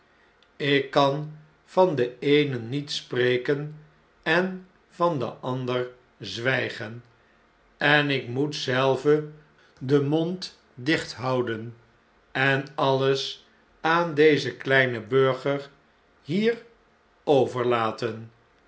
ik kan van deeene niet spreken yen van den ander zwijgen en ik moet zelve den mond dje houden en alles aan dezen kleinen burger nier overlaten